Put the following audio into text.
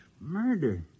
Murder